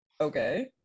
okay